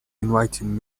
inviting